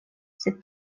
sed